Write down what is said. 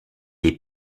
est